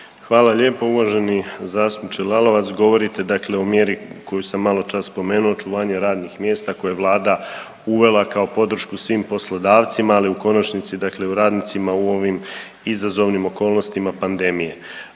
Hvala lijepo. Uvaženi zastupniče Lalovac, govorite dakle o mjeri koju sam malo čas spomenuo, očuvanje radnih mjesta koje je vlada uvela kao podršku svim poslodavcima, ali u konačnici ranicima u ovim izazovnim okolnostima pandemije.